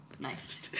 Nice